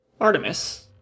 Artemis